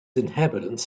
inhabitants